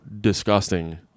disgusting